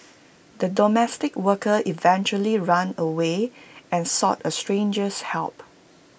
the domestic worker eventually ran away and sought A stranger's help